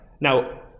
Now